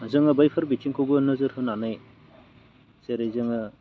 जोङो बैफोर बिथिंखौबो नोजोर होनानै जेरै जोङो